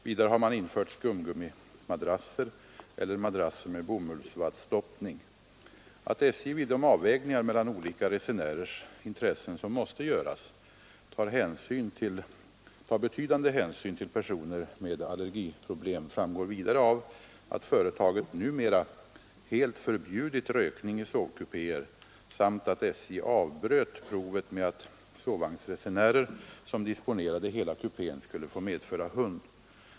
Vidare har man infört skumgummimadrasser eller madrasser med bomullsvaddstoppning. Att SJ vid de avvägningar mellan olika resenärers intressen som måste göras tar betydande hänsyn till personer med allergiproblem framgår vidare av att företaget numera helt förbjudit rökning i sovkupéer samt att SJ avbröt provet med att sovvagnsresenärer som disponerade hela kupén skulle få medföra hund.